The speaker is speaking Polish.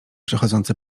przechodzący